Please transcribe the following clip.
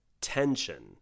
tension